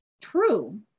true